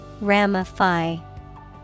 Ramify